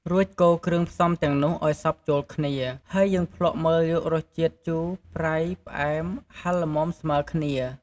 រួចកូរគ្រឿងផ្សំទាំងនោះឲ្យសព្វចូលគ្នា ហើយយើងភ្លក្សមើលយករសជាតិជូរ ប្រៃ ផ្អែម ហឹរល្មមស្មើរគ្នា។